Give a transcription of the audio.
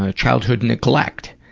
ah childhood neglect.